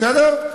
בסדר?